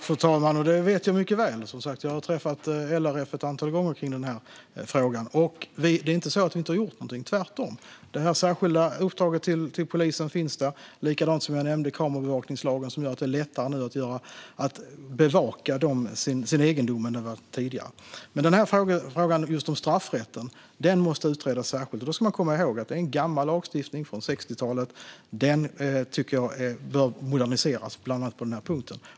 Fru talman! Det vet jag mycket väl. Jag har träffat LRF ett antal gånger i frågan. Och det är inte så att vi inte har gjort någonting, tvärtom. Det särskilda uppdraget till polisen finns där, och jag nämnde också kameraövervakningslagen som gör att det nu är lättare att bevaka sin egendom än det var tidigare. Just frågan om straffrätten måste dock utredas särskilt. Man ska komma ihåg att detta är en gammal lagstiftning, från 60-talet, och den bör moderniseras på bland annat den här punkten.